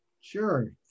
Sure